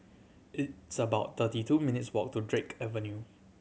it's about thirty two minutes' walk to Drake Avenue